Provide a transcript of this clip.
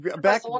Back